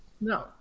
No